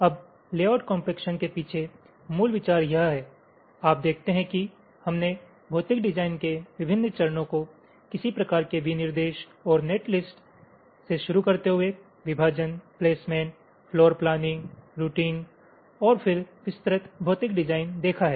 अब layout compaction के पीछे मूल विचार यह है आप देखते हैं कि हमने भौतिक डिजाइन के विभिन्न चरणों को किसी प्रकार के विनिर्देश और नेटलिस्ट से शुरू करते हुए विभाजन प्लेसमेंट फ्लोरप्लानिंग रूटिंग और फिर विस्तृत भौतिक डिजाइन देखा हैं